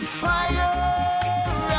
fire